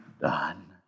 done